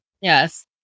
Yes